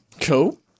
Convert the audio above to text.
Cool